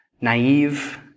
naive